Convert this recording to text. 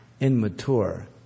Immature